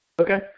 Okay